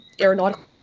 aeronautical